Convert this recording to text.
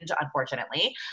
unfortunately